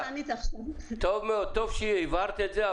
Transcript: טוב מאוד שהבהרת את זה,